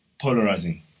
polarizing